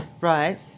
Right